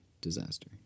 disaster